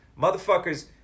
Motherfuckers